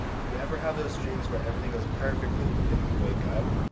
do you ever have those dreams where everything goes perfectly but then you wake up?